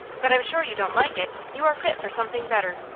but i'm sure you don't like it. you are fit for something better.